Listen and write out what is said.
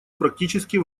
практически